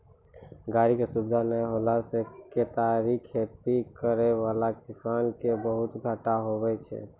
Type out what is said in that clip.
गाड़ी के सुविधा नै होला से केतारी खेती करै वाला किसान के बहुते घाटा हुवै छै